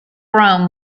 rome